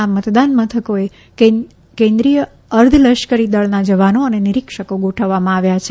આ મતદાન મથકોએ કેન્દ્રિય અર્ધલશ્કરી દળના જવાનો અને નિરીક્ષકો ગોઠવવામાં આવ્યા છે